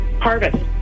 Harvest